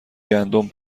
گندم